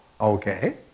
Okay